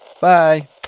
Bye